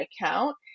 account